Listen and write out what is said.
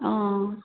অঁ